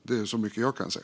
Det är så mycket jag kan säga.